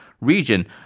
region